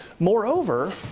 Moreover